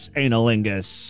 analingus